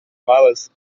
malas